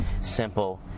simple